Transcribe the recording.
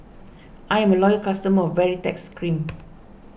I'm a loyal customer of Baritex Cream